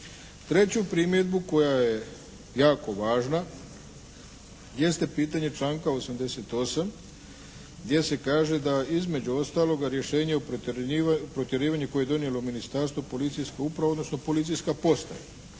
Treću primjedbu koja je jako važna jeste pitanje članak 88. gdje se kaže da između ostaloga rješenje o protjerivanju koje je donijelo ministarstvo, policijska uprava, odnosno policijska postaja.